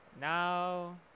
now